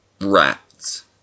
rats